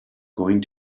going